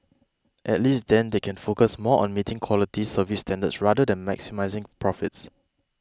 at least then they can focus more on meeting quality service standards rather than maximising profits